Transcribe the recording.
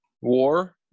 War